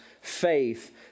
faith